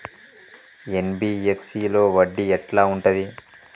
NBFC లో వడ్డీ ఎట్లా ఉంటది?